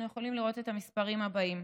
אנחנו יכולים לראות את המספרים האלה: